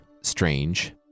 Strange